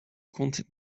comte